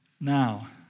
Now